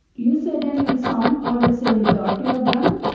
you said, damien, some, i will say a majority of them.